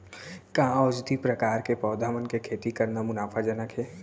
का औषधीय प्रकार के पौधा मन के खेती करना मुनाफाजनक हे?